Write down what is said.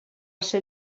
ser